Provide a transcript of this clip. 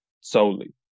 solely